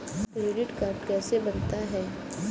Credit card कैसे बनता है?